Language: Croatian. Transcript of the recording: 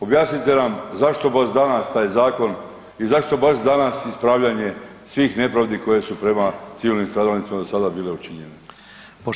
Objasnite nam zašto baš danas taj zakon i zašto baš danas ispravljanje svih nepravdi koje su prema civilnim stradalnicima sada bile učinjene?